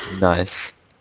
Nice